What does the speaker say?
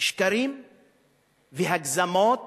שקרים והגזמות